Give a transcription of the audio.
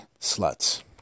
sluts